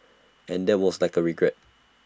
and that was like regret